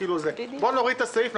בוא נוריד את הסעיף.